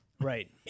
Right